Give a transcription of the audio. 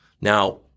Now